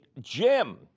Jim